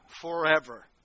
forever